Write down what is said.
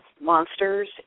monsters